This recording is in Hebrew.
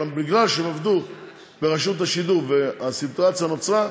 אבל בגלל שהם עבדו ברשות השידור והסיטואציה נוצרה,